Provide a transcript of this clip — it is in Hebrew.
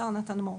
מתן מור.